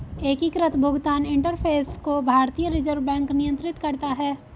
एकीकृत भुगतान इंटरफ़ेस को भारतीय रिजर्व बैंक नियंत्रित करता है